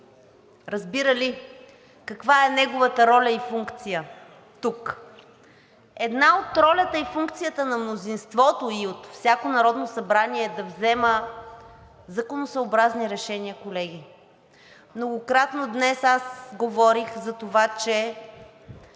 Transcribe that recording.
разбира ли?! – каква е неговата роля и функция тук? Една от ролите и функциите на мнозинството и на всяко Народно събрание е да взема законосъобразни решения, колеги. Многократно днес аз говорих за това, че